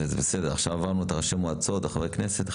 בסדר, עכשיו עברנו את ראשי המועצות וחברי הכנסת.